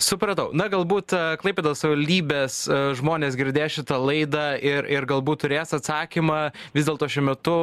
supratau na galbūt klaipėdos savaldybės žmonės girdės šitą laida ir ir galbūt turės atsakymą vis dėlto šiuo metu